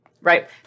right